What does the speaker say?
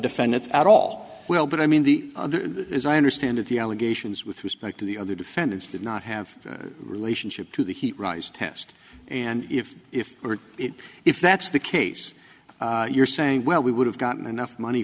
defendants at all well but i mean the as i understand it the allegations with respect to the other defendants did not have relationship to the heat rise test and if if if that's the case you're saying well we would have gotten enough money